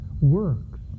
Works